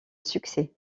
succès